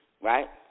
right